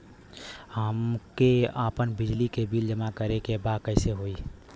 हमके आपन बिजली के बिल जमा करे के बा कैसे होई?